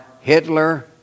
Hitler